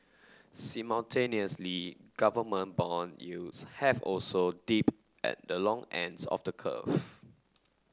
simultaneously government bond yields have also dipped at the long ends of the curve